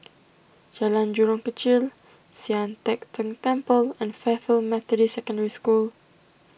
Jalan Jurong Kechil Sian Teck Tng Temple and Fairfield Methodist Secondary School